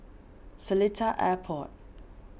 Seletar Airport